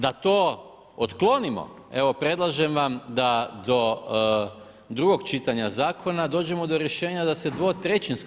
Da to otklonimo, evo predlažem vam da do drugog čitanja zakona, dođemo do rješenja da se 2/